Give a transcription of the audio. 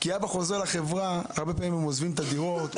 כי כשהאבא חוזר לחברה הרבה פעמים הם עוזבים את הבתים,